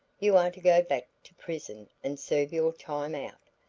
you are to go back to prison and serve your time out,